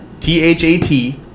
T-H-A-T